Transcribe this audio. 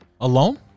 Alone